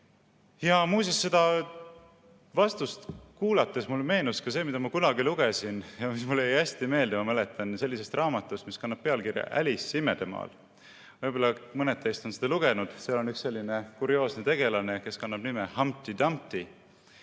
Muuseas, seda vastust kuulates mulle meenus ka see, mida ma kunagi lugesin ja mis mulle jäi hästi meelde sellisest raamatust, mis kannab pealkirja "Alice imedemaal". Võib-olla mõned teist on seda lugenud. Seal on üks selline kurioosne tegelane, kes kannab nime Humpty Dumpty.